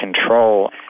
Control